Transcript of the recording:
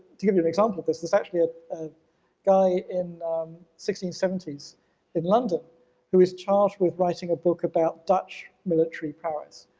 to give you an example of this, there's actually ah a guy in sixteen seventy s in london who is charged with writing a book about dutch military powers.